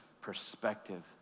perspective